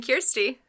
Kirsty